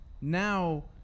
now